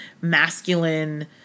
masculine